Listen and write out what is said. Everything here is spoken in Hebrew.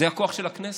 זה הכוח של הכנסת,